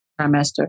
trimester